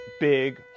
big